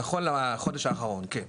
נכון לחודש האחרון, כן.